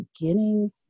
beginning